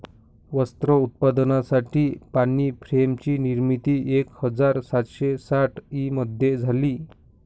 वस्त्र उत्पादनासाठी पाणी फ्रेम ची निर्मिती एक हजार सातशे साठ ई मध्ये झाली